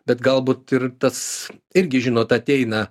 bet galbūt ir tas irgi žinot ateina